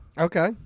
Okay